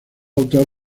autor